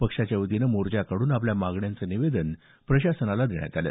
पक्षाच्या वतीनं मोर्चा काढून आपल्या मागण्यांचं निवेदन प्रशासनाला देण्यात आलं